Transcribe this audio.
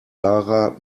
lara